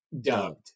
dubbed